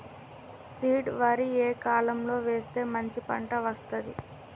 Seed వరి ఏ కాలం లో వేస్తే మంచి పంట వస్తది?